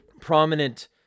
prominent